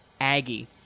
Aggie